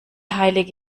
heilige